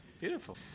beautiful